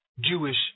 Jewish